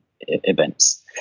events